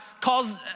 calls